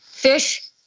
Fish